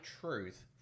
truth